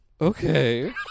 okay